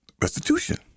restitution